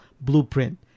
blueprint